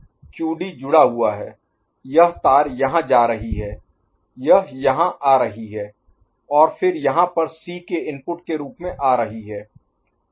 तो QD QD जुड़ा हुआ है यह तार यहाँ जा रही है यह यहाँ आ रही है और फिर यहाँ पर C के इनपुट के रूप में आ रही है